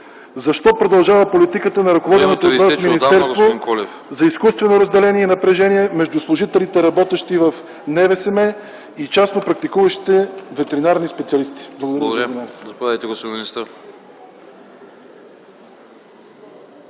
Защо продължава политиката на ръководеното от Вас министерство за изкуствено разделение и напрежение между служителите, работещи в НВСМ и частно практикуващите ветеринарни специалисти? Благодаря